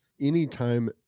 anytime